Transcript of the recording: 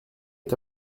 est